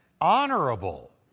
honorable